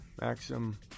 Maxim